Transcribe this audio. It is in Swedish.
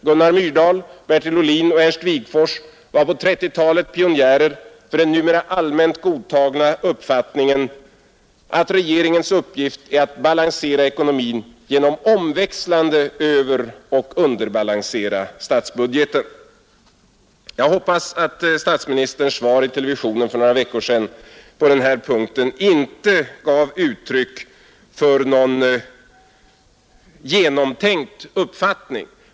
Gunnar Myrdal, Bertil Ohlin och Ernst Wigforss var på trettiotalet pionjärer för den numera allmänt godtagna uppfattningen att regeringens uppgift är att balansera ekonomin genom att omväxlande överoch underbalansera statsbudgeten.” Jag hoppas verkligen att statsministerns svar i televisionen för några veckor sedan inte gav uttryck för någon genomtänkt uppfattning.